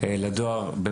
לדואר.